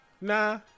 nah